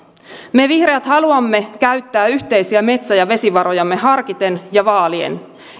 me vihreät haluamme käyttää yhteisiä metsä ja vesivarojamme harkiten ja vaalien